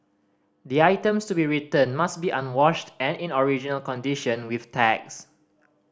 the items to be returned must be unwashed and in original condition with tags